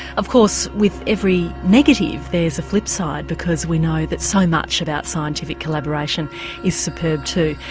of course with every negative there's a flip side because we know that so much about scientific collaboration is superb too.